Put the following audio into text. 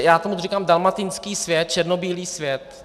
Já tomuto říkám dalmatinský svět, černobílý svět.